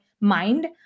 mind